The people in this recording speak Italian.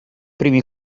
primi